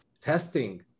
testing